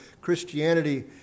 Christianity